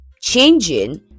changing